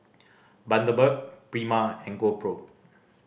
Bundaberg Prima and GoPro